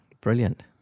brilliant